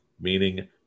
meaning